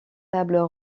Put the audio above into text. tables